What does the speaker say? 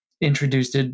introduced